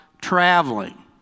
traveling